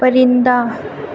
پرندہ